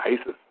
ISIS